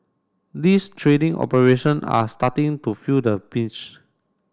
these trading operation are starting to feel the pinch